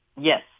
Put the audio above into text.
Yes